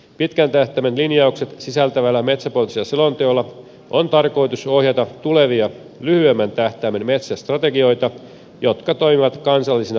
pitkän tähtäimen linjaukset sisältävällä metsäpoliittisella selonteolla on tarkoitus ohjata tulevia lyhyemmän tähtäimen metsästrategioita jotka toimivat kansallisina metsäohjelminamme